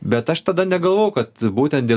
bet aš tada negalvojau kad būtent dėl